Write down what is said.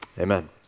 Amen